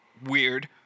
Weird